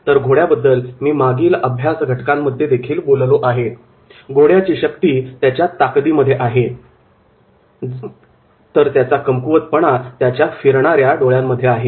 तर घोड्याबद्दल मी मागील अभ्यास घटकांमध्ये देखील बोललो आहे की घोड्याची शक्ती त्याच्या ताकदीमध्ये आहे तर त्याचा कमकुवतपणा त्याच्या फिरणाऱ्या डोळ्यांमध्ये आहे